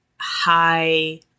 High